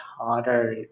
harder